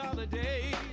to day